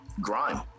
grime